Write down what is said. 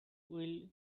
will